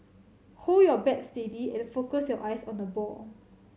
hold your bat steady and focus your eyes on the ball